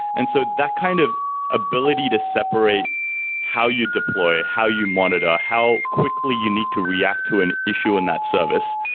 and so that kind of ability to separate how you deploy, how you monitor, how quickly you need to react to an issue in that service.